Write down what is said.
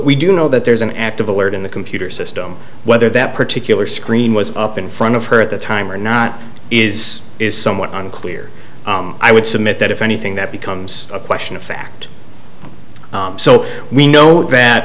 we do know that there's an active alert in the computer system whether that particular screen was up in front of her at the time or not is is somewhat unclear i would submit that if anything that becomes a question of fact so we know that